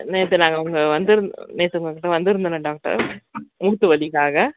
நேற்று நாங்க உங்கள் வந்திருந்தேன் நேற்று உங்கக்கிட்ட வந்திருந்தேன் டாக்டர் மூட்டு வலிக்காக